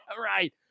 right